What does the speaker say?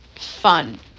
fun